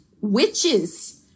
witches